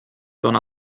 don